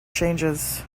changes